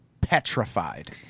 petrified